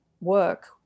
work